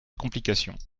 complications